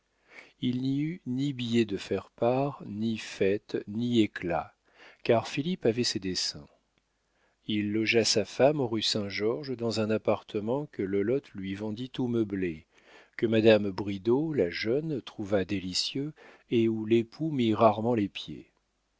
il n'y eut ni billets de faire part ni fête ni éclat car philippe avait ses desseins il logea sa femme rue saint-georges dans un appartement que lolotte lui vendit tout meublé que madame bridau la jeune trouva délicieux et où l'époux mit rarement les pieds